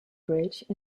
bridge